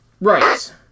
Right